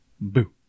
boo